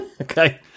Okay